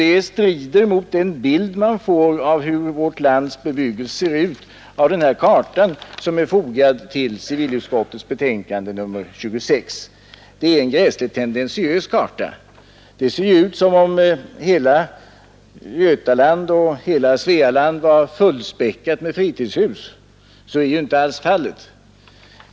Den uppfattningen strider emellertid mot den bild av vårt lands bebyggelse som den karta ger som är fogad till civilutskottets betänkande nr 26. Det är en oerhört tendentiös karta — det ser ut som om hela Götaland och hela Svealand vore fullspäckade med fritidshus. Så är ju inte alls fallet.